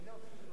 לגעת?